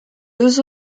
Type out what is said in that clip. deux